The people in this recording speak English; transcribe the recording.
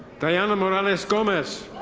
diana morales-gomez.